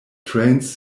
trains